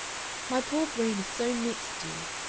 my poor brain is so mixed, dear,